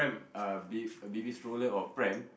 uh bay baby stroller or pram